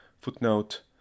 Footnote